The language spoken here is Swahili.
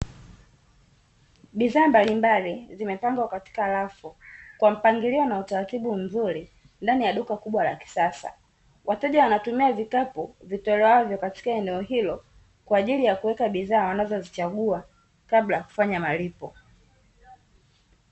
Bidhaa mbalimbali zimepangwa katika rafu, kwa mpangilio na utaratibu mzuri, ndani ya duka kubwa la kisasa. Wateja wanatumia vikapu vitolewavyo katika eneo hilo, kwa ajili ya kuweka bidhaa wanazozichagua, kabla ya kufanya malipo.